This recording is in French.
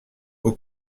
aux